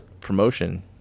promotion